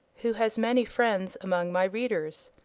who has many friends among my readers.